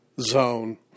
zone